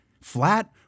Flat